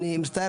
אני מצטער,